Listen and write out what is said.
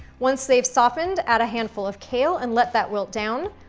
once they've softened, add a handful of kale, and let that wilt down,